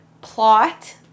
plot